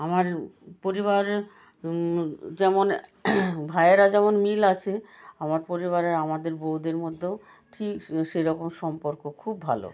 আমার পরিবারের যেমন ভায়েরা যেমন মিল আছে আমার পরিবারের আমাদের বউদের মধ্যেও ঠিক সেরকম সম্পর্ক খুব ভালো